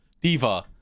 Diva